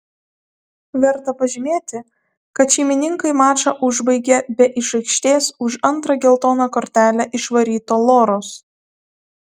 verta pažymėti kad šeimininkai mačą užbaigė be iš aikštės už antrą geltoną kortelę išvaryto loros